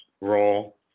role